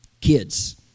kids